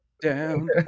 down